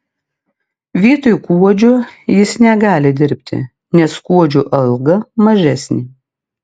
vietoj kuodžio jis negali dirbti nes kuodžio alga mažesnė